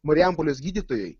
marijampolės gydytojai